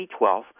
B12